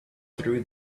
through